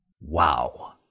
Wow